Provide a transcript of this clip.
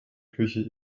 küche